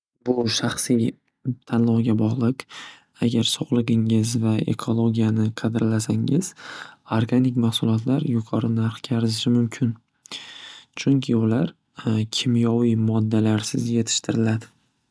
Bu shaxsiy tanlovga bog'liq agar sog'ligingiz va ekologiyani qadrlasangiz organik mahsulotlar yuqori narxga arzishi mumkin. Chunki ular kimyoviy moddalarsiz yetishtiriladi.